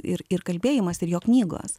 ir ir kalbėjimas ir jo knygos